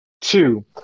Two